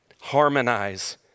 harmonize